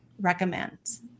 recommends